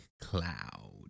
cloud